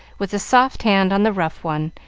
with a soft hand on the rough one,